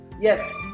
Yes